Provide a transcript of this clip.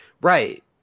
Right